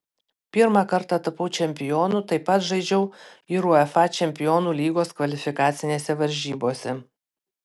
pirmą kartą tapau čempionu taip pat žaidžiau ir uefa čempionų lygos kvalifikacinėse varžybose